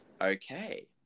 Okay